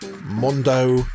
Mondo